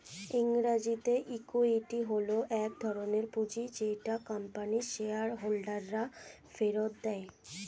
ইংরেজিতে ইক্যুইটি হল এক ধরণের পুঁজি যেটা কোম্পানির শেয়ার হোল্ডাররা ফেরত দেয়